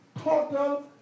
total